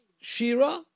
shira